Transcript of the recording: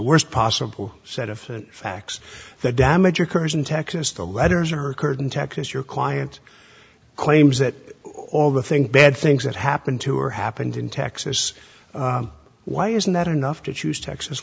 worst possible set of facts that damage occurs in texas the letters are occurred in texas your client claims that all the things bad things that happened to her happened in texas why isn't that enough to choose texas